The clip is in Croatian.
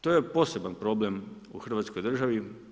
To je poseban problem u Hrvatskoj državi.